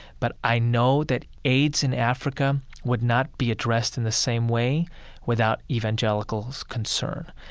but i know that aids in africa would not be addressed in the same way without evangelicals' concern.